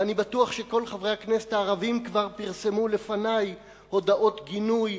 ואני בטוח שכל חברי הכנסת הערבים כבר פרסמו לפני הודעות גינוי